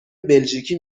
بلژیکی